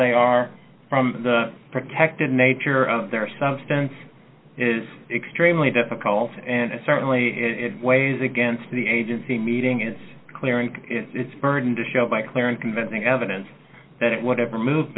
they are from the protected nature of their substance is extremely difficult and certainly it weighs against the agency meeting its clearing its burden to show by clear and convincing evidence that whatever move